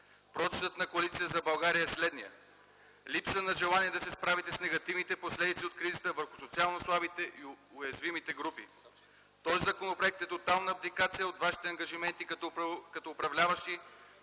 Прочитът на Коалиция за България е следният: липса на желание да се с правите с негативните последици от кризата върху социално слабите и уязвимите групи. Този законопроект е тотална абдикация от вашите ангажименти като управляващи